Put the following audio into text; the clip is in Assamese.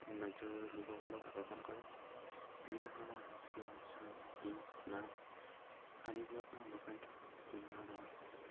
ৰাজ্যৰ লোকসকলক আকৰ্ষণ কৰে বিভিন্ন ধৰণৰ সাংস্কৃতিক অনুষ্ঠান গীত মাত আদিবোৰৰ পৰা অনুপ্ৰাণিত হয় বিভিন্ন ধৰণৰ